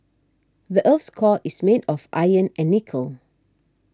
the earth's core is made of iron and nickel